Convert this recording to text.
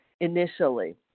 initially